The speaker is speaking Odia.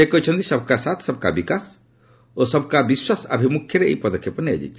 ସେ କହିଛନ୍ତି ସବ୍କା ସାଥ୍ ସବ୍ କା ବିକାଶ ଓ ସବ୍ କା ବିଶ୍ୱାସ ଆଭମୁଖ୍ୟରେ ଏହି ପଦକ୍ଷେପ ନିଆଯାଇଛି